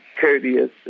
courteous